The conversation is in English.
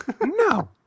No